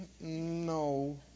no